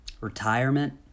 retirement